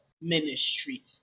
ministry